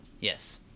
Yes